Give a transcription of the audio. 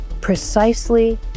precisely